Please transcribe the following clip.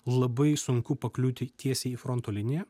labai sunku pakliūti tiesiai į fronto liniją